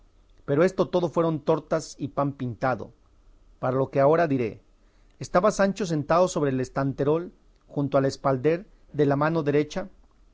pero esto todo fueron tortas y pan pintado para lo que ahora diré estaba sancho sentado sobre el estanterol junto al espalder de la mano derecha